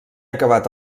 acabat